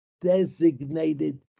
designated